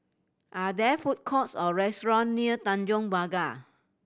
are there food courts or restaurants near Tanjong Pagar